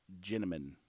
gentlemen